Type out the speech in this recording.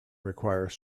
require